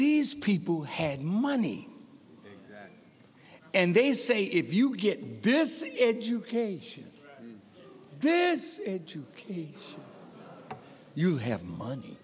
these people who had money and they say if you get this education this you have money